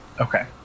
Okay